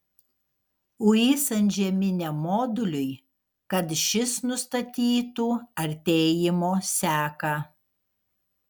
uis antžeminiam moduliui kad šis nustatytų artėjimo seką